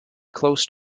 close